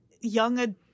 young